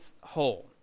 hole